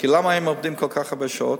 כי למה הם עובדים כל כך הרבה שעות?